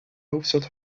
hoofdstad